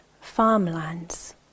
farmlands